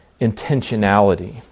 intentionality